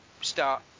start